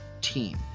team